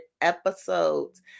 episodes